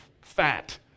fat